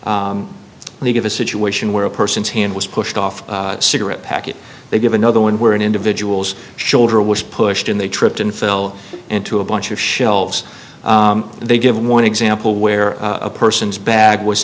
found when you give a situation where a person's hand was pushed off a cigarette packet they give another one where an individual's shoulder was pushed and they tripped and fell into a bunch of shelves and they give one example where a person's bag was